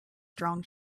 strong